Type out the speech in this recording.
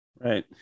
Right